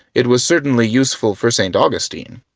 it was certainly useful for st. augustine.